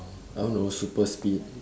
I don't know super speed